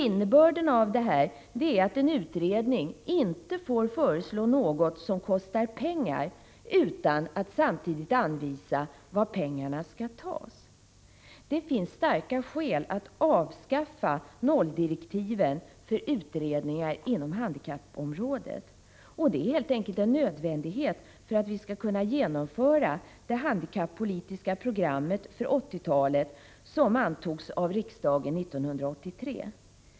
Innebörden av detta är att en utredning inte får föreslå något som kostar pengar utan att samtidigt anvisa var pengarna skall tas. Det finns starka skäl att avskaffa nolldirektiven för utredningar inom handikappområdet. Det är helt enkelt en nödvändighet för att vi skall kunna genomföra det handikappolitiska programmet för 1980 talet som antogs av riksdagen 1983.